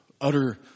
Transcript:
utter